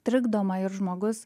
trikdoma ir žmogus